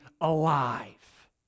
alive